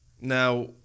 Now